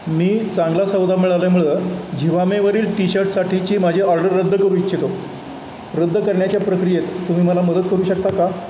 मी चांगला सौदा मिळाल्यामुळं झिवामेवरील टी शर्टसाठीची माझी ऑर्डर रद्द करू इच्छितो रद्द करण्याच्या प्रक्रियेत तुम्ही मला मदत करू शकता का